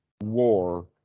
war